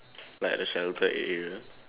like at the shelter area